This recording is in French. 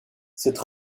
cette